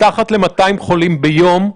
מתחת ל-200 חולים ביום,